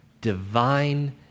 divine